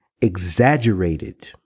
exaggerated